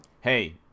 hey